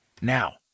Now